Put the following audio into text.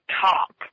top